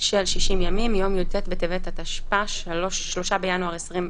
של 60 ימים, מיום י"ט בטבת התשפ"א (3 בינואר 2021)